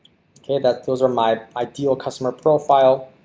okay, that's those are my ideal customer profile.